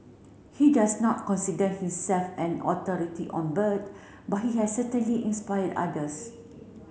he does not consider himself an authority on bird but he has certainly inspired others